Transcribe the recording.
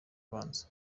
ubanza